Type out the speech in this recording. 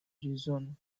reason